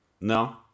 No